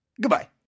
goodbye